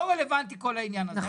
לא רלוונטי כל העניין הזה.